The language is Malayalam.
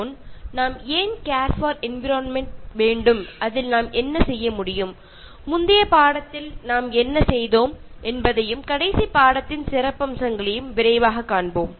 എന്തിനാണ് നമ്മൾ പ്രകൃതിയെ സംരക്ഷിക്കുന്നത് എന്നും എന്താണ് നമുക്ക് അതിനു വേണ്ടി ചെയ്യാൻ കഴിയുന്നത് എന്നും നോക്കുന്നതിനു മുൻപ് കഴിഞ്ഞ പാഠത്തിൽ ചർച്ച ചെയ്ത പ്രധാനപ്പെട്ട കാര്യങ്ങളെ കുറിച്ച് ഒന്നു നോക്കാം